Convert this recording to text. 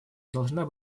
должна